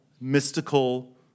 mystical